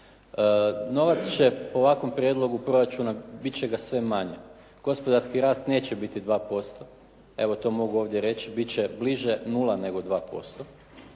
Novac će po ovakvom prijedlogu proračuna bit će ga sve manje. Gospodarski rast neće biti 2%. Evo to mogu ovdje reći. Bit će bliže nula nego 2%.